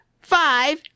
five